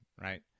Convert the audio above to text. right